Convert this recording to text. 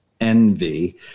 envy